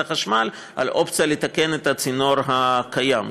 החשמל על אופציה של תיקון הצינור הקיים.